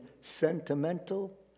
sentimental